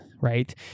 right